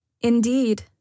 Indeed